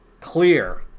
clear